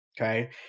Okay